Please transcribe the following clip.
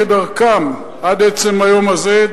כדרכם עד עצם היום הזה,